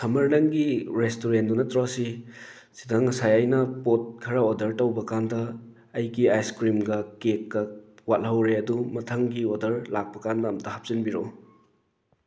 summer ꯅꯪꯒꯤ ꯔꯦꯁꯇꯨꯔꯦꯟꯗꯣ ꯅꯠꯇ꯭ꯔꯣ ꯁꯤ ꯁꯤꯗ ꯉꯁꯥꯏ ꯑꯩꯅ ꯄꯣꯠ ꯈꯔ ꯑꯣꯗꯔ ꯇꯧꯕ ꯀꯥꯟꯗ ꯑꯩꯒꯤ ꯑꯥꯏꯁ ꯀ꯭ꯔꯤꯝꯒ ꯀꯦꯛꯀꯥ ꯋꯥꯠꯍꯧꯔꯦ ꯑꯗꯨ ꯃꯊꯪꯒꯤ ꯑꯣꯗꯔ ꯂꯥꯛꯄ ꯀꯥꯟꯗ ꯑꯝꯇ ꯍꯥꯞꯆꯤꯟꯕꯤꯔꯛꯑꯣ